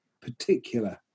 particular